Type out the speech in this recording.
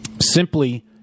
Simply